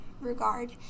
regard